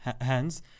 hands